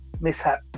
mishap